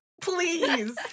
please